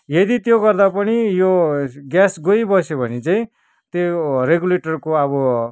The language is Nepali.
यदि त्यो गर्दा पनि यो ग्यास गइबस्यो भने चाहिँ त्यो रेगुलेटरको अब